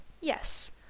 Yes